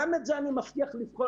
גם את זה אני מבטיח לוועדה